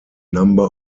number